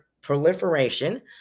proliferation